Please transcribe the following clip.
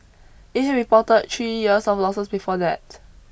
it had reported three years of losses before that